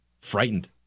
frightened